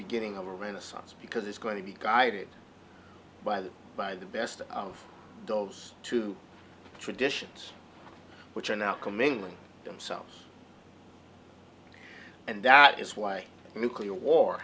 beginning of a renaissance because it's going to be guided by the by the best of those two traditions which are now coming themselves and that is why a nuclear war